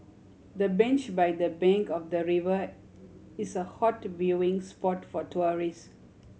the bench by the bank of the river is a hot viewing spot for tourists